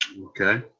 Okay